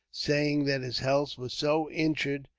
saying that his health was so injured,